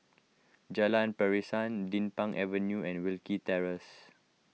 Jalan Pasiran Din Pang Avenue and Wilkie Terrace